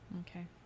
okay